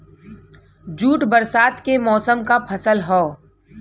jute बरसात के मौसम क फसल हौ